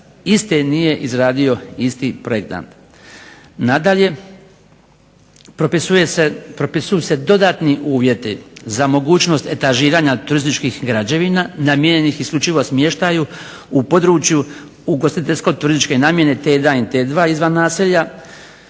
iste nije izradio isti projektant. Nadalje, propisuju se dodatni uvjeti za mogućnost etažiranja turističkih građevina namijenjenih isključivo smještaju u području ugostiteljsko-turističke namjene T1 i T2 izvan naselja